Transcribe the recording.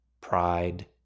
pride